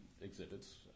exhibits